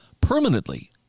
permanently